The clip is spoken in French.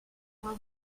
avoir